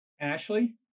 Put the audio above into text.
Ashley